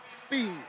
speed